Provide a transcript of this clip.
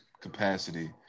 capacity